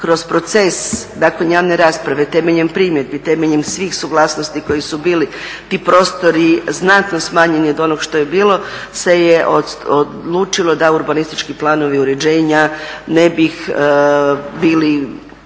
kroz proces nakon javne rasprave temeljem primjedbi, temeljem svih suglasnosti koje su bile, ti prostori znatno smanjeni od onog što je bilo se je odlučilo da urbanistički planovi uređenja ne bi bili